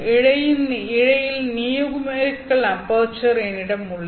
இழையின் numerical aperture என்னிடம் உள்ளது